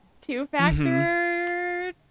two-factor